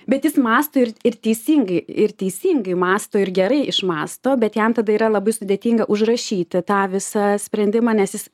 bet jis mąsto ir ir teisingai ir teisingai mąsto ir gerai išmąsto bet jam tada yra labai sudėtinga užrašyti tą visą sprendimą nes jis